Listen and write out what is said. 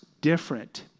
different